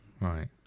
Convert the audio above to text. Right